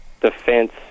defense